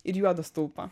ir juodą stulpą